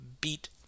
beat